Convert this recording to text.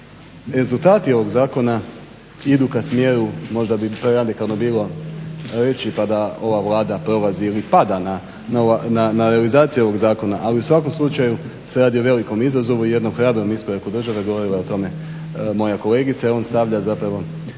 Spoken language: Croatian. rezultati ovog zakona idu k smjeru možda bi preradikalno bilo reći pa da ova Vlada prolazi ili pada na realizaciju ovog zakona ali u svakom slučaju se radi o velikom izazovu i jednom hrabrom iskoraku države govorila je o tome moja kolegica i on stavlja zapravo